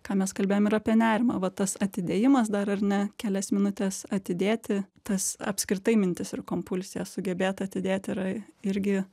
ką mes kalbėjom ir apie nerimą va tas atidėjimas dar ar ne kelias minutes atidėti tas apskritai mintis ir kompulsijas sugebėt atidėt yra irgi